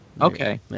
Okay